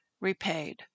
repaid